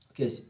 okay